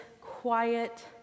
quiet